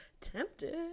tempted